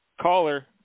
Caller